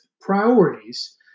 priorities